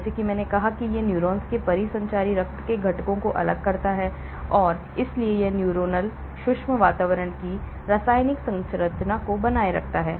जैसा कि मैंने कहा कि यह न्यूरॉन्स से परिसंचारी रक्त के घटकों को अलग करता है और इसलिए यह न्यूरोनल सूक्ष्म वातावरण की रासायनिक संरचना को बनाए रखता है